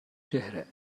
چهره